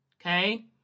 Okay